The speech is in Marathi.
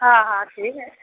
हा हा तेही आहे